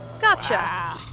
Gotcha